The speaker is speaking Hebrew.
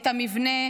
את המבנה,